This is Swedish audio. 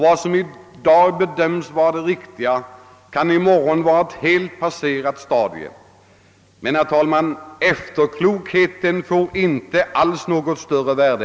Vad som i dag bedömes vara det riktiga kan i morgon vara ett helt passerat stadium, men efterklokheten får inte därigenom något högre värde.